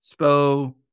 Spo